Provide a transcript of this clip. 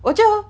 我觉得